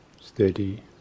steady